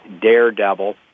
Daredevil